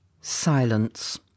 Silence